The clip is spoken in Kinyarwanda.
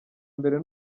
mbere